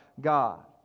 God